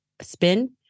spin